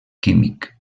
químic